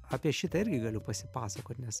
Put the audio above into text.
apie šitą irgi galiu pasipasakot nes